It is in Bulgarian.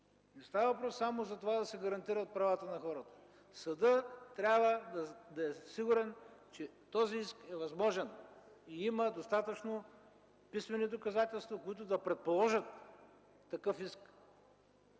Не става въпрос само да се гарантират правата на хората. Съдът трябва да е сигурен, че този иск е възможен и има достатъчно писмени доказателства, които да предположат такъв иск.